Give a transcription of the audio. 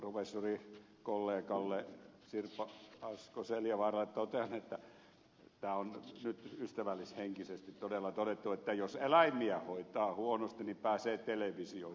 sitten ystävälleni professorikollega sirpa asko seljavaaralle totean tämä on nyt ystävällishenkisesti todella todettu että jos eläimiä hoitaa huonosti niin pääsee televisioon välittömästi